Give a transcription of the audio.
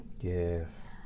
Yes